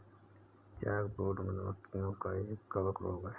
chalkbrood, मधु मक्खियों का एक कवक रोग है